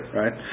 right